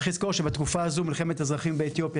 צריך לזכור שבתקופה הזאת יש מלחמת אזרחים באתיופיה